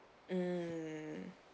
mm